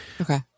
Okay